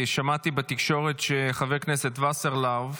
כי שמעתי בתקשורת שחבר הכנסת וסרלאוף,